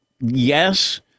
yes